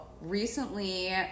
recently